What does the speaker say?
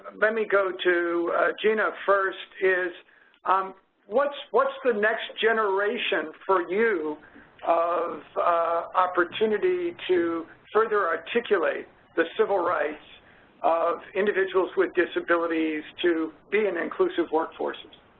let me go to regina first. um what's what's the next generation for you of opportunity to further articulate the civil rights of individuals with disabilities to be in inclusive workforces?